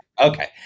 okay